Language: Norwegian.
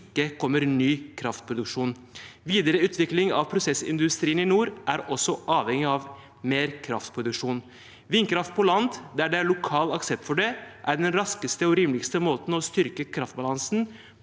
ikke kommer ny kraftproduksjon. Videreutvikling av prosessindustrien i nord er også avhengig av mer kraftproduksjon. Vindkraft på land der det er lokal aksept for det, er den raskeste og rimeligste måten å styrke kraftbalansen